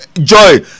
joy